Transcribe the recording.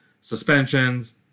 suspensions